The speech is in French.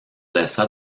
laissa